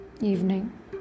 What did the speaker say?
evening